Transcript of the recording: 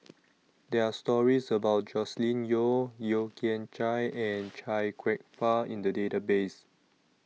There Are stories about Joscelin Yeo Yeo Kian Chai and Chia Kwek Fah in The Database